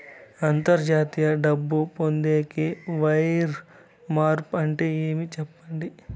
అంతర్జాతీయ డబ్బు పొందేకి, వైర్ మార్పు అంటే ఏమి? సెప్పండి?